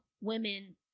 women